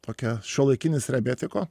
tokia šiuolaikinis rebetiko